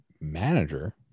manager